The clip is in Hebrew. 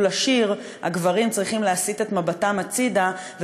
לשיר הגברים צריכים להסיט את מבטם הצדה,